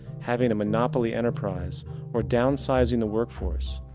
having a monopoly enterprise or downsizing the workforce,